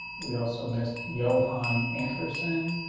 we also missed johan anderson.